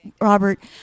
Robert